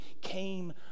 came